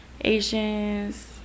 Asians